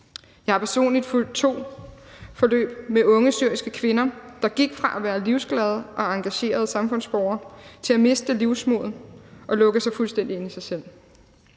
Jeg har personligt fulgt to forløb med unge syriske kvinder, der gik fra at være livsglade og engagerede samfundsborgere til at miste livsmodet og lukke sig fuldstændig inde i sig selv.